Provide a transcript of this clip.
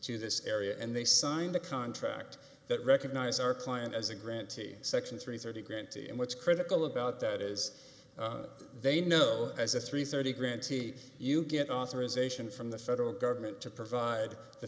to this area and they signed a contract that recognize our client as a grantee section three thirty grantee and what's critical about that is they know as a three thirty grantee you get authorization from the federal government to provide the